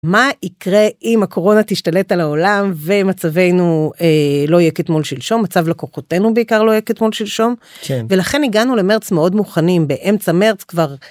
מה יקרה אם הקורונה תשתלט על העולם ומצבנו לא יהיה כתמול שלשום מצב לקוחותינו בעיקר לא יהיה כתמול שלשום ולכן הגענו למרץ מאוד מוכנים באמצע מרץ כבר.